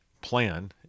plan